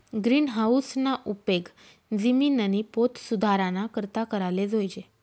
गिरीनहाऊसना उपेग जिमिननी पोत सुधाराना करता कराले जोयजे